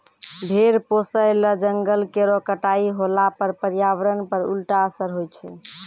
भेड़ पोसय ल जंगल केरो कटाई होला पर पर्यावरण पर उल्टा असर होय छै